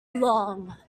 long